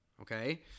Okay